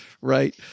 right